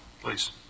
Please